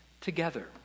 Together